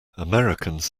americans